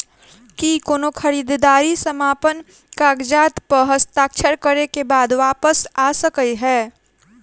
की कोनो खरीददारी समापन कागजात प हस्ताक्षर करे केँ बाद वापस आ सकै है?